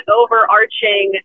overarching